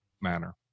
manner